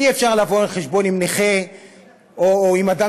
אי-אפשר לבוא חשבון עם נכה או עם אדם